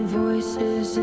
voices